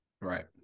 right